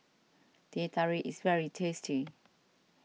Teh Tarik is very tasty